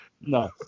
No